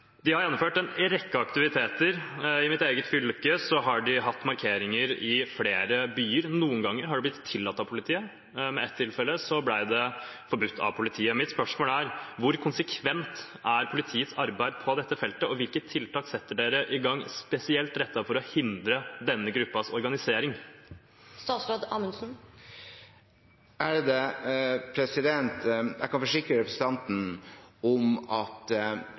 De har gjennomført en rekke aktiviteter. I mitt eget fylke har de hatt markeringer i flere byer. Noen ganger har det blitt tillatt av politiet, men i ett tilfelle ble det forbudt av politiet. Mitt spørsmål er: Hvor konsekvent er politiets arbeid på dette feltet, og hvilke tiltak settes i gang spesielt rettet inn mot å hindre denne gruppens organisering? Jeg kan forsikre representanten om at